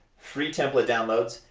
free template downloads,